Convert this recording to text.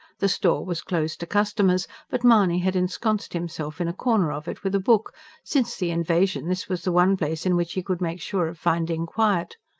the store was closed to customers but mahony had ensconced himself in a corner of it with a book since the invasion, this was the one place in which he could make sure of finding quiet.